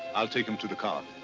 i'll take him to the car.